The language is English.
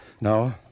No